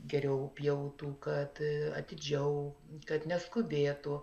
geriau pjautų kad atidžiau kad neskubėtų